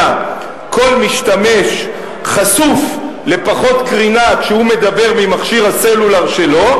כל משתמש חשוף לפחות קרינה כשהוא מדבר ממכשיר הסלולר שלו,